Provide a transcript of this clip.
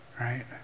Right